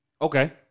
Okay